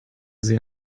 sie